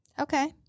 Okay